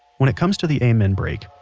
when it comes to the amen break,